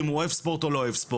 אם הוא אוהב ספורט או לא אוהב ספורט,